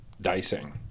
dicing